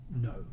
no